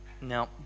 Now